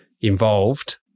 involved